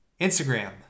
Instagram